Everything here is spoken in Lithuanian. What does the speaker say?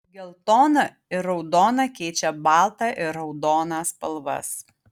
geltona ir raudona keičia baltą ir raudoną spalvas